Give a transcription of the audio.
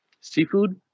seafood